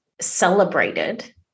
celebrated